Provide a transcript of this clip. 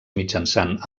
mitjançant